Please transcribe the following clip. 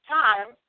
time